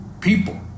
people